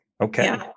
okay